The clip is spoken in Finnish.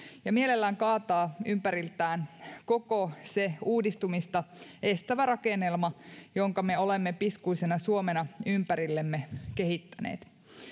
ja mielellään kaataa ympäriltään koko se uudistumista estävä rakennelma jonka me olemme piskuisena suomena ympärillemme kehittäneet